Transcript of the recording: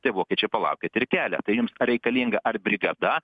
tai vokiečiai palaukit ir kelia tai jums ar reikalinga ar brigada